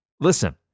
Listen